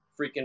freaking